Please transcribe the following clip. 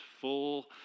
full